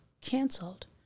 canceled